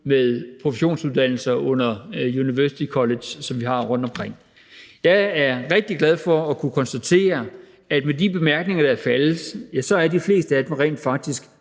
med professionsuddannelserne på de university colleges, som vi har rundt omkring. Jeg er rigtig glad for at kunne konstatere, at af de bemærkninger, der er faldet, er de fleste rent faktisk